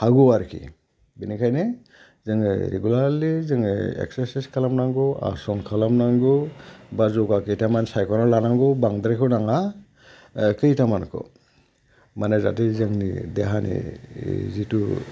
हागौ आरोखि बेनिखायनो जोङो रेगुलारलि जोङो एक्सारसायस खालामनांगौ आसन खालामनांगौ बा जगा खैथामान सायख'नानै लानांगौ बांद्रायखौ नाङा खैथामानखौ माने जाहाथे जोंनि देहानि जिथु